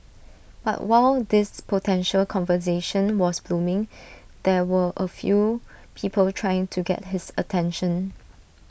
but while this potential conversation was blooming there were A few people trying to get his attention